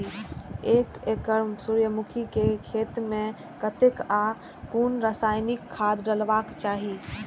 एक एकड़ सूर्यमुखी केय खेत मेय कतेक आ कुन रासायनिक खाद डलबाक चाहि?